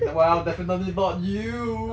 well definitely not you